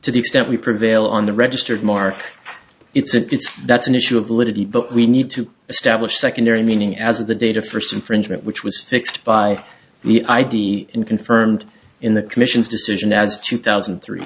to the extent we prevail on the registered mark it's that's an issue of liberty but we need to establish secondary meaning as the data for some fringe group which was fixed by the id and confirmed in the commission's decision as two thousand and three